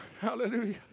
Hallelujah